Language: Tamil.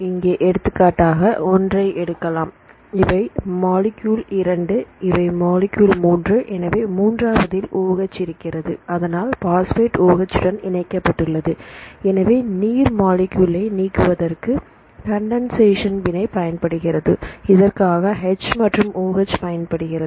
இங்கே எடுத்துக்காட்டாக 1 ஐ எடுக்கலாம் இவை மொலக்யூல் 2இவை மொலக்யூல் 3 எனவே மூன்றாவதில் OH இருக்கிறது அதனால் பாஸ்பேட் OH உடன் இணைக்கப்பட்டுள்ளது எனவே நீர் மொலக்யூல்லை நீக்குவதற்கு கண்டன் சேஷன் வினை பயன்படுகிறது இதற்காக H மற்றும் OH பயன்படுகிறது